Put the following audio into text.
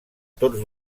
tots